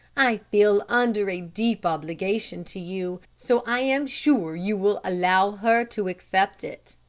i feel under a deep obligation to you, so i am sure you will allow her to accept it.